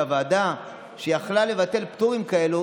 שהוועדה שיכלה לבטל פטורים כאלה,